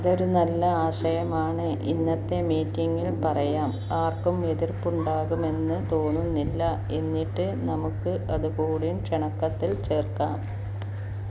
അതൊരു നല്ല ആശയമാണ് ഇന്നത്തെ മീറ്റിംഗിൽ പറയാം ആർക്കും എതിർപ്പുണ്ടാകുമെന്ന് തോന്നുന്നില്ല എന്നിട്ട് നമുക്ക് അതുകൂടി ക്ഷണക്കത്തിൽ ചേർക്കാം